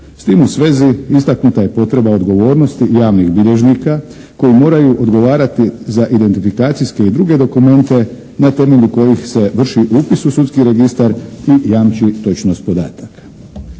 S tim u svezi istaknuta je potreba odgovornosti javnih bilježnika koji moraju odgovarati za identifikacijske i druge dokumente na temelju kojih se vrši upis u sudski registar i jamči točnost podataka.